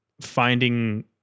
finding